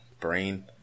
brain